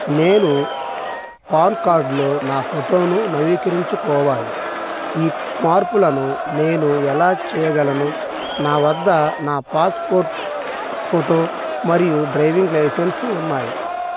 నేను పాన్ కార్డులో నా ఫోటోను నవీకరించుకోవాలి ఈ మార్పులను నేను ఎలా చెయ్యగలను నా వద్ద నా పాస్పోర్ట్ ఫోటో మరియు డ్రైవింగ్ లైసెన్సు ఉన్నాయి